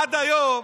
עד היום,